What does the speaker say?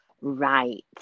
Right